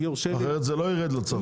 אחרת זה לא ירד לצרכן.